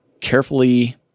carefully